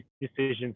decisions